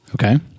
okay